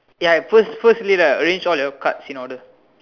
ya I I first firstly right arrange all your cards in order